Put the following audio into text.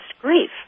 grief